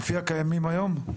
לפי הקיימים היום?